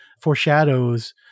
foreshadows